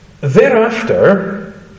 thereafter